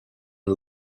and